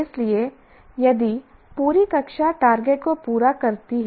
इसलिए यदि पूरी कक्षा टारगेट को पूरा करती है